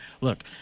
look